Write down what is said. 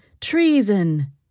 Treason